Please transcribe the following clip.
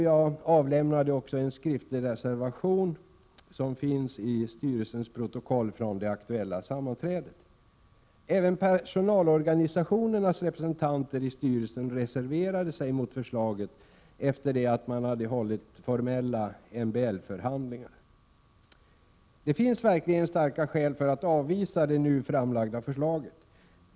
Jag avlämnade också en skriftlig reservation, som finns i styrelsens protokoll från det aktuella sammanträdet. Även personalorganisationernas representanter i styrelsen reserverade sig mot förslaget, efter det att formella MBL-förhandlingar hade hållits. Det finns verkligen starka skäl för att avvisa det nu framlagda förslaget.